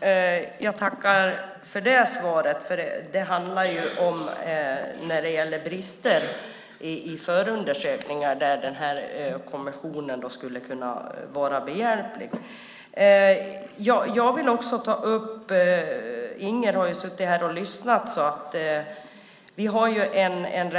Herr talman! Jag tackar för det svaret. Det handlar ju om brister i förundersökningar, och där skulle en sådan här kommission kunna vara behjälplig. Inger har suttit här och lyssnat. Vi har